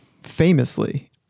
famously